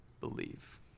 believe